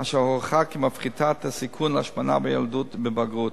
אשר הוכחה כמפחיתה את הסיכון להשמנה בילדות ובבגרות.